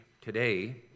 today